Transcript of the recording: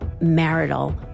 marital